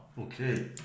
okay